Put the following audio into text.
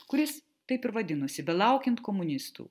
kuris taip ir vadinosi belaukiant komunistų